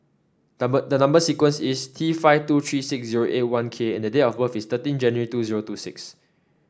number the number sequence is T five two three six zero eight one K and date of birth is thirteen January two zero two six